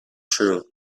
true